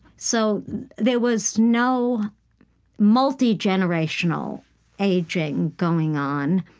so there was no multigenerational aging going on.